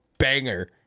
banger